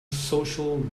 social